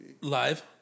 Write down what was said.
Live